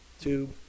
two